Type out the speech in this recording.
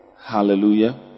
Hallelujah